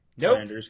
nope